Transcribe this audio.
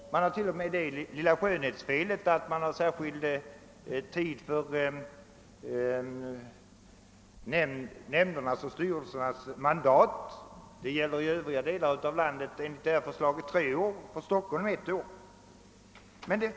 Förslaget har till och med det lilla skön hetsfelet att särskild tid satts för nämndernas och styrelsernas mandat. Enligt förslaget gäller ett år för Stockholm och tre år för övriga delar av landet.